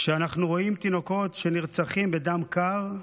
כשאנחנו רואים תינוקות שנרצחים בדם קר,